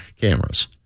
cameras